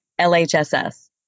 LHSS